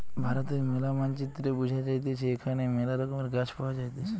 ভারতের ম্যালা মানচিত্রে বুঝা যাইতেছে এখানে মেলা রকমের গাছ পাওয়া যাইতেছে